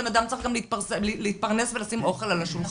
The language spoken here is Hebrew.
בן אדם צריך גם להתפרנס ולשים אוכל על השולחן.